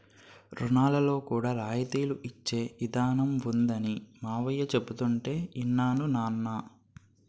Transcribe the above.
రుణాల్లో కూడా రాయితీలు ఇచ్చే ఇదానం ఉందనీ మావయ్య చెబుతుంటే యిన్నాను నాన్నా